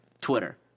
Twitter